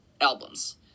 albums